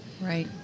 Right